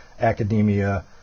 academia